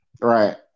Right